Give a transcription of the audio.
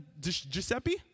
Giuseppe